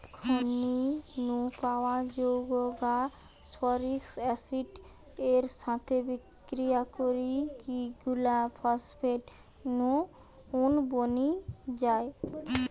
খনি নু পাওয়া যৌগ গা ফস্ফরিক অ্যাসিড এর সাথে বিক্রিয়া করিকি গুলা ফস্ফেট নুন বনি যায়